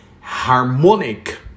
harmonic